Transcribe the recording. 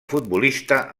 futbolista